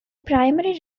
primary